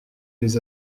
les